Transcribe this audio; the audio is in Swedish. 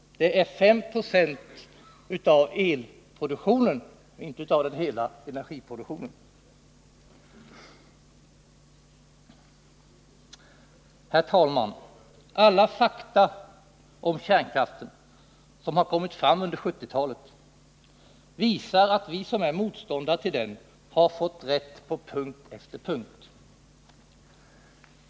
Det är 5 96 av elproduktionen det är fråga om och inte 5 96 av hela energiproduktionen. Herr talman! Alla fakta om kärnkraften som kommit fram under 1970-talet visar att vi som är motståndare till den har fått rätt på punkt efter punkt.